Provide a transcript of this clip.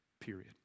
Period